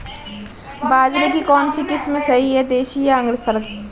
बाजरे की कौनसी किस्म सही हैं देशी या संकर?